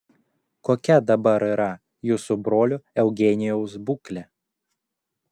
kokia dabar yra jūsų brolio eugenijaus būklė